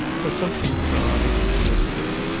of something fried and felicitous,